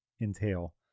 entail